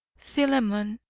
philemon,